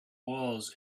walls